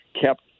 kept